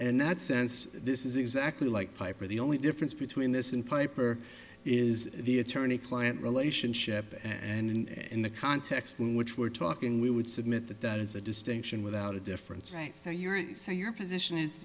and in that sense this is exactly like piper the only difference between this and piper is the attorney client relationship and in the context in which we're talking we would submit that that is a distinction without a difference right so you're saying your position is